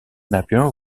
napier